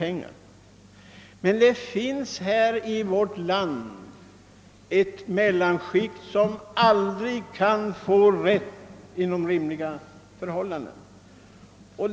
Men det finns här i landet ett mellanskikt av människor, som aldrig kan få sin rätt på rimliga villkor.